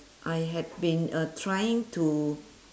I had been uh trying to